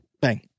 Bang